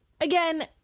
again